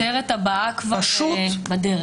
הכותרת הבאה כבר בדרך.